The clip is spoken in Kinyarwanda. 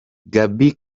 gaby